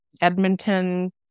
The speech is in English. Edmonton